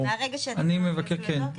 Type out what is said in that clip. ב-24:00 בלילה.